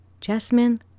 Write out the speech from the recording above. Jasmine